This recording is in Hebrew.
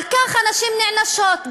על כך הנשים נענשות,